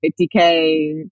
50K